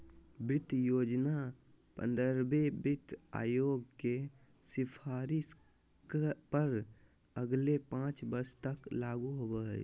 वित्त योजना पंद्रहवें वित्त आयोग के सिफारिश पर अगले पाँच वर्ष तक लागू होबो हइ